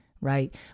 right